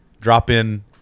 drop-in